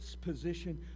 position